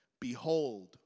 Behold